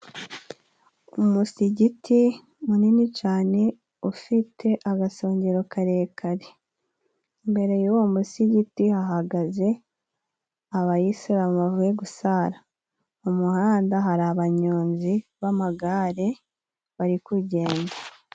Umusigiti munini cyane ufite agasongero karekare, mbere y'uwo musigiti hagaze abayisilamu bavuye gusara, mu muhanda hari abanyonzi b'amagare bari kugenda.